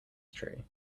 tree